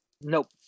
nope